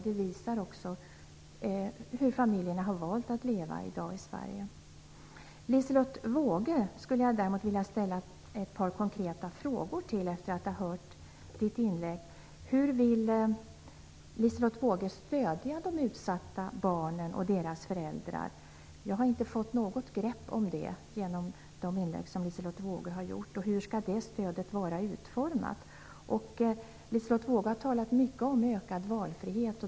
Det visar också det sätt på vilket familjerna har valt att leva i dag i Sverige. Liselotte Wågö skulle jag vilja ställa ett par konkreta frågor till efter ha hört hennes inlägg. Hur vill Liselotte Wågö stödja de utsatta barnen och deras föräldrar? Jag har inte fått något grepp om det genom de inlägg som Liselotte Wågö har gjort. Hur skall det stödet vara utformat? Liselotte Wågö har talat mycket om ökad valfrihet.